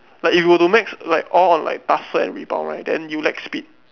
like if you were to mix like all of like tussle and rebound right then you lack speed